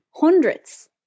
hundreds